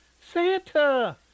Santa